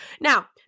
Now